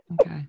okay